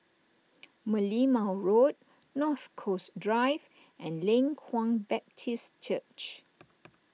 Merlimau Road North Coast Drive and Leng Kwang Baptist Church